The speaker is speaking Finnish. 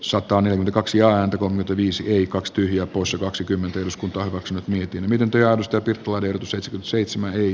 satanen kaksi ääntä kun kriisi ei kaks tyhjä usa kaksikymmentä jos kunto on vox mietin miten työllistetyt puolin sen seitsemää eri